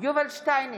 יובל שטייניץ,